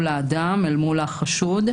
האדם, אל מול החשוד.